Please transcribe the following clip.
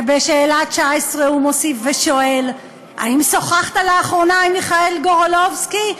ובשאלה 19 הוא מוסיף ושואל: האם שוחחת לאחרונה עם מיכאל גורולובסקי,